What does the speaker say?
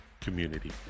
community